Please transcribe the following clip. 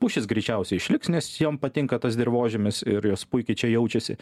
pušys greičiausiai išliks nes jom patinka tas dirvožemis ir jos puikiai čia jaučiasi